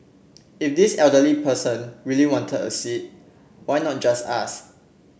if this elderly person really wanted a seat why not just ask